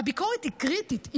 הביקורת היא קריטית,